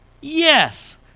Yes